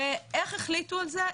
איך החליטו על זה?